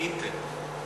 "אינטל".